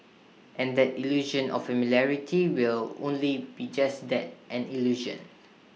and that illusion of familiarity will only be just that an illusion